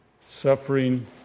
suffering